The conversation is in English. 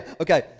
Okay